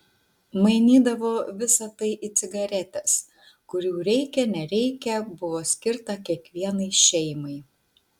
mainydavo visa tai į cigaretes kurių reikia nereikia buvo skirta kiekvienai šeimai